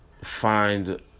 Find